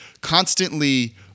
constantly